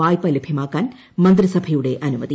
വായ്പ ലഭൃമാക്കാൻ മുന്ത്രിസ്ഭയുടെ അനുമതി